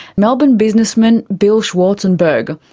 melbourne businessman, bill schwarzenberg,